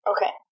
Okay